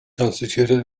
constituted